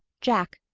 jack.